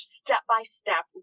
step-by-step